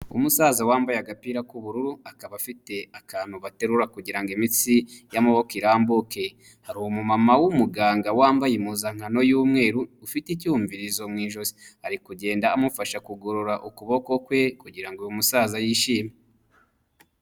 Umusaza wambaye agapira k'ubururu, akaba afite akantu baterura kugira ngo imitsi y'amaboko irambuke. Hari umumama w'umuganga wambaye impuzankano y'umweru, ufite icyumvirizo mu ijosi. Ari kugenda amufasha kugorora ukuboko kwe kugira ngo uyu musaza yishime.